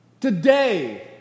Today